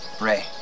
Ray